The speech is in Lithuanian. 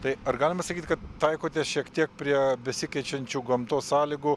tai ar galima sakyti kad taikotės šiek tiek prie besikeičiančių gamtos sąlygų